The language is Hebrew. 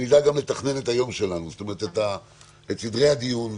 שנדע גם לתכנן את היום שלנו, את סדרי הדיון.